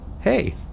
Hey